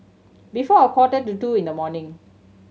before a quarter to two in the morning